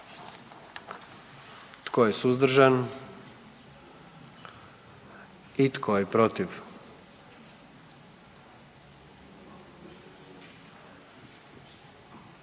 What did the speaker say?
Tko je suzdržan? I tko je protiv?